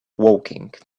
woking